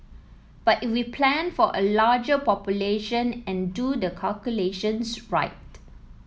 but if we plan for a larger population and do the calculations right